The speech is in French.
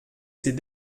ces